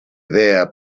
idea